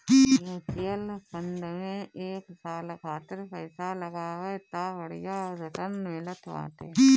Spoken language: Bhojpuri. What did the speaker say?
म्यूच्यूअल फंड में एक साल खातिर पईसा लगावअ तअ बढ़िया रिटर्न मिलत बाटे